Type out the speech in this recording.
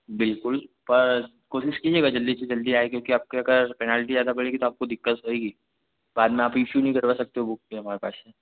बिलकुल पर कोशिश कीजिएगा जल्दी से जल्दी आएँ क्योंकि आपके अगर पैनाल्टी ज़्यादा बढ़ेगी तो आपको दिक्कत होगी बाद में आप इशू नहीं करवा सकते हो बुक के हमारे पास से